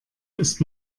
ist